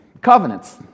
Covenants